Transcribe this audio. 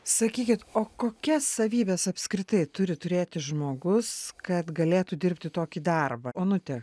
sakykit o kokias savybes apskritai turi turėti žmogus kad galėtų dirbti tokį darbą onute